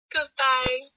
Goodbye